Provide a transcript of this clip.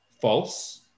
false